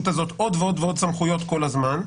הזאת עוד ועוד ועוד סמכויות כל הזמן,